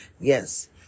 yes